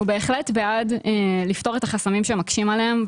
אנחנו בהחלט בעד לפתור את החסמים שמקשים עליהם,